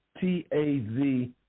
T-A-Z